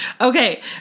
Okay